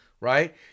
right